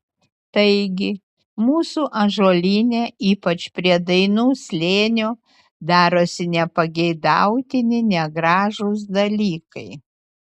taigi mūsų ąžuolyne ypač prie dainų slėnio darosi nepageidautini negražūs dalykai